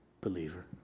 believer